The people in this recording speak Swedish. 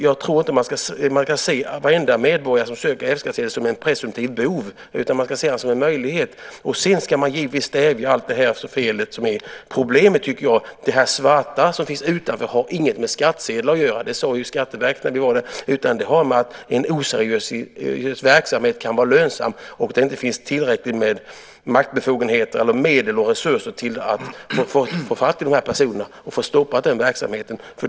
Jag tycker inte att man ska se varenda medborgare som ansöker om F-skattsedel som en presumtiv bov, utan man ska se dem som en möjlighet. Sedan ska man givetvis stävja allt som är fel. Den svarta verksamheten har inget som helst att göra med skattsedlar. Det sade man ju från Skatteverket när vi var där. En oseriös verksamhet kan vara lönsam om det inte finns tillräckligt med medel och resurser för att få tag på dessa personer och få stopp på verksamheten.